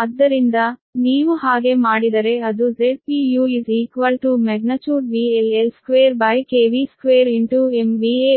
ಆದ್ದರಿಂದ ನೀವು ಹಾಗೆ ಮಾಡಿದರೆ ಅದು ZpuVL L22